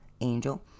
angel